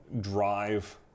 drive